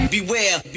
Beware